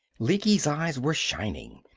lecky's eyes were shining.